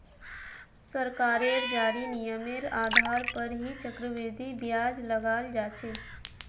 सरकारेर जारी नियमेर आधार पर ही चक्रवृद्धि ब्याज लगाल जा छे